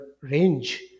range